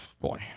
Boy